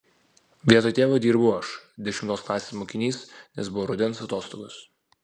vietoj tėvo dirbau aš dešimtos klasės mokinys nes buvo rudens atostogos